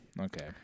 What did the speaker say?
okay